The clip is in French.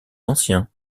ancien